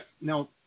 Now